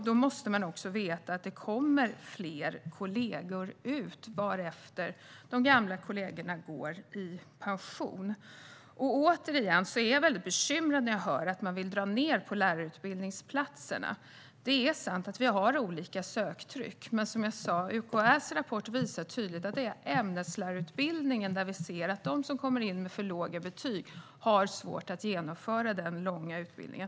Då måste man också veta att det kommer ut fler kollegor vartefter de gamla kollegorna går i pension. Jag blir väldigt bekymrad när jag hör att man vill dra ned på lärarutbildningsplatserna. Det är sant att söktrycket är olika, men som jag sa: UKÄ:s rapport visar tydligt att det är på ämneslärarutbildningen som de som kommer in med för låga betyg har svårt att genomföra den långa utbildningen.